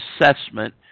assessment